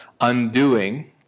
undoing